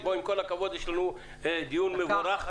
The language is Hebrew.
יש לנו דיון מבורך,